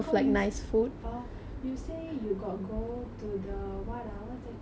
oh you say you got go to the what ah what's that called E_C_P right